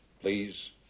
Please